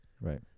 right